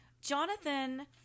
Jonathan